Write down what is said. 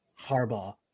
Harbaugh